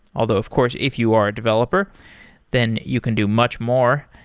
although of course, if you are a developer then you can do much more.